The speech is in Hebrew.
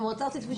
המועצה הארצית,